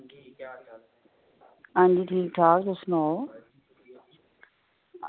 आं जी ठीक ठाक तुस सनाओ